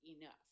enough